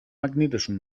magnetischen